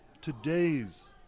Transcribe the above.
today's